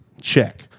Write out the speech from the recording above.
check